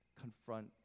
confront